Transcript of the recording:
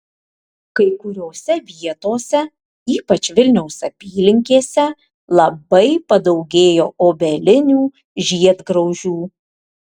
kai kuriose vietose ypač vilniaus apylinkėse labai padaugėjo obelinių žiedgraužių